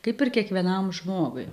kaip ir kiekvienam žmogui